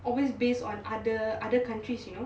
always based on other other countries you know